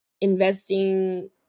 investing